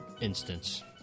instance